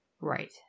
Right